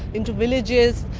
into villages.